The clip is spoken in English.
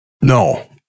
No